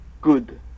good